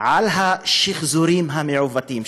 על השחזורים המעוותים.